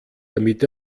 damit